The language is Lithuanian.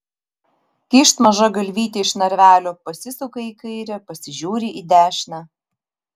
kyšt maža galvytė iš narvelio pasisuka į kairę pasižiūri į dešinę